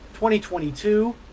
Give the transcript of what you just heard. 2022